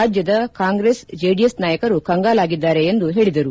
ರಾಜ್ಯದ ಕಾಂಗ್ರೆಸ್ ಜೆಡಿಎಸ್ ನಾಯಕರು ಕಂಗಾಲಾಗಿದ್ದಾರೆ ಎಂದು ಹೇಳಿದರು